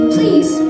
Please